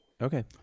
Okay